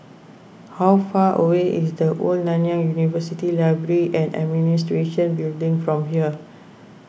how far away is the Old Nanyang University Library and Administration Building from here